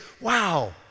wow